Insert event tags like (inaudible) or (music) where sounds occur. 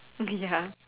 (laughs) ya